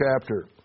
chapter